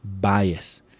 bias